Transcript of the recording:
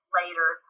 later